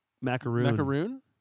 Macaroon